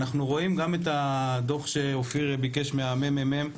אנחנו רואים גם את הדו"ח שאופיר ביקש מהממ"מ,